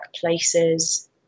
places